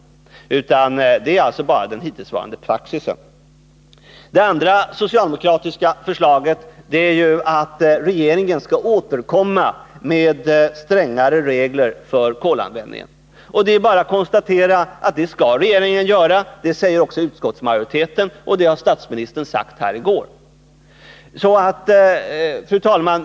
Vad man binder sig för är alltså bara hittillsvarande praxis. Det andra socialdemokratiska förslaget är att regeringen skall återkomma med förslag till strängare regler för kolanvändning. Jag kan bara konstatera att det är något som regeringen kommer att göra. Det säger utskottsmajoriteten, och det omtalade statsministern i går. Fru talman!